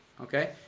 okay